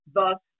Thus